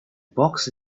box